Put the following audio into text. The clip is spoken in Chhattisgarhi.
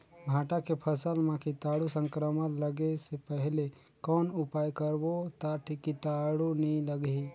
भांटा के फसल मां कीटाणु संक्रमण लगे से पहले कौन उपाय करबो ता कीटाणु नी लगही?